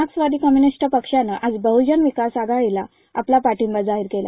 मार्क्सवादी कम्युनिस्ट पक्षांनं आज बहजन विकास आघाडीला आपला पाठींबा जाहीर केला